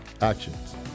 actions